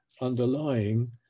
underlying